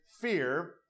fear